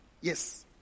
yes